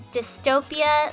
Dystopia